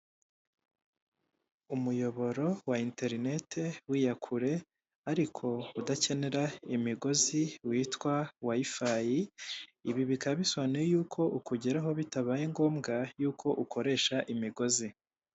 Umuyoboro wa interineti w'iyakure ariko udakenera imigozi witwa wiyifayi ibi bikaba bisobanuye yuko ukugeraho bitabaye ngombwa y'uko ukoresha imigozi.